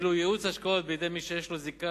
ואילו ייעוץ השקעות בידי מי שיש לו זיקה